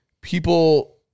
people